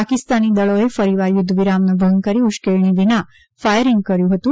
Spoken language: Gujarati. પાકિસ્તાની દળોએ ફરીવાર યુદ્ધવિરામનો ભંગ કરી ઉશ્કેરણી વિના ફાયરિંગ કર્યું હતું